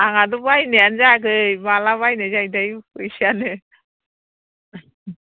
आहाथ' बायनाय जायाखै माला बायनाय जायोथाय फैसायानो